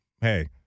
hey